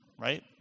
right